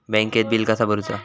बँकेत बिल कसा भरुचा?